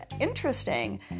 interesting